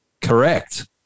Correct